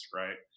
right